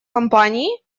компании